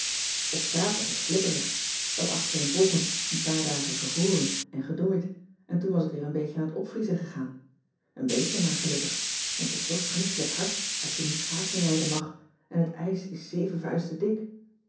op straat was het glibberig t had achtereenvolgens een paar dagen gevroren en gedooid en toen was t weer een beetje aan t opvriezen gegaan een beetje maar gelukkig want het is zoo vreeselijk hard als je niet schaatsenrijden mag en het ijs is zeven vuisten dik